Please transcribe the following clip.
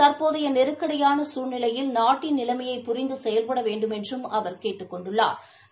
தற் போதைய நெருக்கடியான சூழ்நிலையில் நாட்டின் நிலைமைய பாபி நட்து செயல்பட வேண்டுமென்றும் அவாட் கேட் டுக் கொண்டாா்